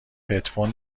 هدفون